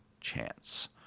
chance